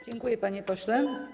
Dziękuję, panie pośle.